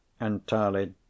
Entirely